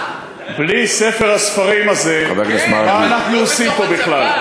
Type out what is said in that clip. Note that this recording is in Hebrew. בלי ספר הספרים הזה, מה אנחנו עושים פה בכלל?